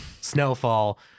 snowfall